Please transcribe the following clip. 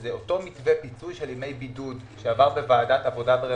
שהוא אותו מתווה פיצוי של ימי בידוד שעבר בוועדת העבודה והרווחה,